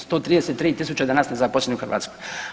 133 tisuće danas je nezaposlenih u Hrvatskoj.